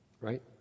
right